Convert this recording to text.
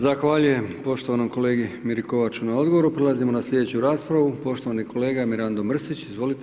Zahvaljujem poštovanom kolegi Miri Kovaču na odgovoru, prelazimo na sljedeću raspravu, poštovani kolega Mirando Mrsić, izvolite.